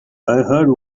heard